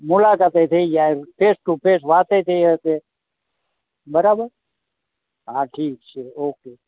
મુલાકાતે થઈ જાય ફેસ ટૂ ફેસ વાતે થઈ શકે બરાબર હા ઠીક છે ઓકે